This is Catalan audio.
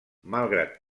malgrat